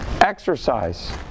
Exercise